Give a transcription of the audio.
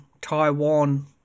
Taiwan